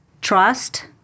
trust